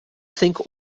think